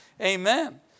Amen